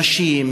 נשים,